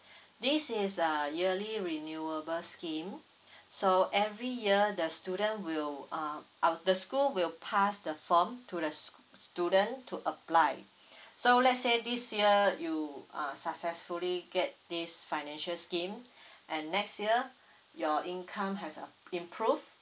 this is a yearly renewable scheme so every year the student will uh our the school will pass the form to the schoo~ student to apply so let's say this year you uh successfully get this financial scheme and next year your income has uh improved